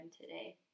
today